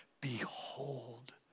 Behold